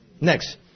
Next